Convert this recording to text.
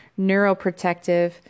neuroprotective